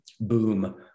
Boom